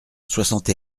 soixante